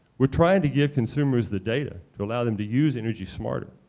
we're trying to give consumers the data to allow them to use energy smarter.